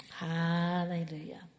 Hallelujah